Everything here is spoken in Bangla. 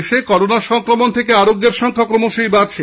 দেশে করোনা সংক্রমণ থেকে আরোগ্যের সংখ্যা ক্রমশ বাড়ছে